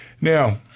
Now